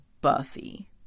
Buffy